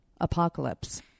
apocalypse